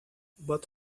but